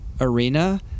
arena